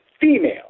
female